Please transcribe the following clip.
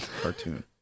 cartoon